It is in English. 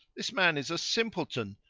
this man is a simpleton,